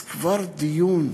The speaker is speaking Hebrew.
אז כבר דיון,